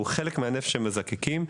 הוא חלק מהנפט שמזקקים.